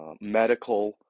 medical